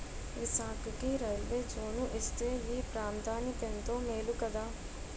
విశాఖకి railway zone ఇస్తే ఈ ప్రాంతనికెంతో మేలు కదా